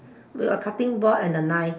with a cutting board and a knife